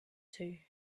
too